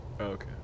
Okay